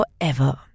forever